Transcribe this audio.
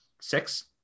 Six